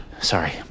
Sorry